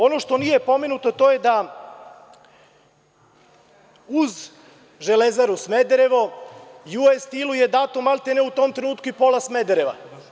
Ono što nije pomenuto, to je da uz „Železaru Smederevo“, „US Steel“ je dato maltene u tom trenutku i pola Smedereva.